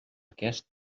aquest